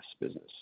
business